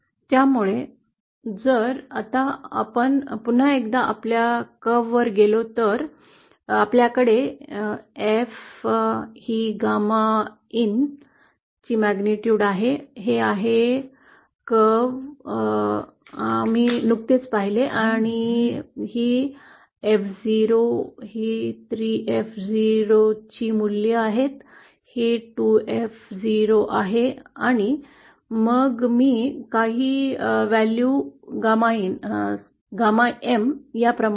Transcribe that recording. त्यामुळे आता जर आपण पुन्हा एकदा आपल्या वक्ररेषावर गेलो तर आपल्याकडे एफ ही गॅमा in ची तीव्रता आहे हे आहे हे वळण आम्ही नुकतेच पाहिले आहे आणि ही एफ ० ३ एफ ० ची मूल्ये आहेत हे 2एफ० आहे आणि मग मी काही value gamma in gamma M या प्रमाणे